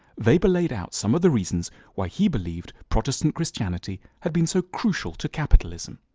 weber laid out some of the reasons why he believed protestant christianity had been so crucial to capitalism.